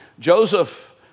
Joseph